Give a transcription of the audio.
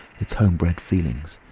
its homebred feelings,